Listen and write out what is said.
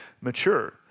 mature